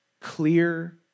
clear